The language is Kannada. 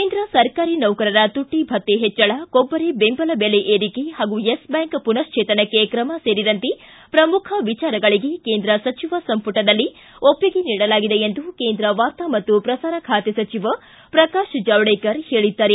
ಕೇಂದ್ರ ಸರ್ಕಾರಿ ನೌಕರರ ತುಟ್ಟಭ್ಣತೆ ಹೆಚ್ಚಳ ಕೊಬ್ಬರಿ ಬೆಂಬಲ ಬೆಲೆ ಏರಿಕೆ ಯೆಸ್ಬ್ಹಾಂಕ್ ಮನಶ್ಚೇತನಕ್ಕೆ ತ್ರಮ ಸೇರಿದಂತೆ ಶ್ರಮುಖ ವಿಚಾರಗಳಿಗೆ ಕೇಂದ್ರ ಸಚಿವ ಸಂಪುಟದಲ್ಲಿ ಒಪ್ಪಿಗೆ ನೀಡಲಾಗಿದೆ ಎಂದು ಕೇಂದ್ರ ವಾರ್ತಾ ಮತ್ತು ಪ್ರಸಾರ ಖಾತೆ ಸಚಿವ ಪ್ರಕಾಶ್ ಜಾವಡೇಕರ್ ಹೇಳಿದ್ದಾರೆ